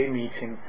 meeting